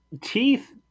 teeth